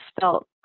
felt